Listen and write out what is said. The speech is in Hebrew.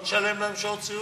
לא נשלם להם שעות סיעוד.